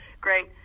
great